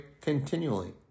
continually